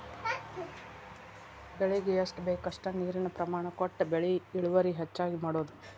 ಬೆಳಿಗೆ ಎಷ್ಟ ಬೇಕಷ್ಟ ನೇರಿನ ಪ್ರಮಾಣ ಕೊಟ್ಟ ಬೆಳಿ ಇಳುವರಿ ಹೆಚ್ಚಗಿ ಮಾಡುದು